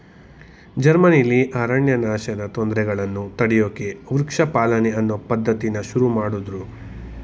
ಜರ್ಮನಿಲಿ ಅರಣ್ಯನಾಶದ್ ತೊಂದ್ರೆಗಳನ್ನ ತಡ್ಯೋಕೆ ವೃಕ್ಷ ಪಾಲನೆ ಅನ್ನೋ ಪದ್ಧತಿನ ಶುರುಮಾಡುದ್ರು